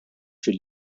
fil